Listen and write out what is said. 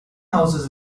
houses